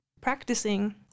practicing